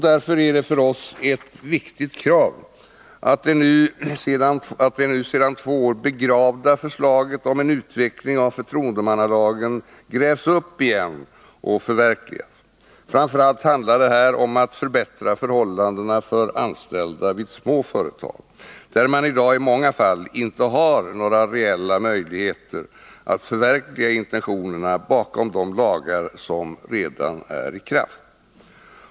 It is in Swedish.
Därför är det för oss ett viktigt krav att det nu sedan två år begravda förslaget om en utveckling av förtroendemannalagen grävs upp igen och förverkligas. Framför allt handlar det här om att förbättra förhållandena för anställda vid små företag, där man i dag i många fall inte har några reella möjligheter att förverkliga intentionerna bakom de lagar som redan är i kraft.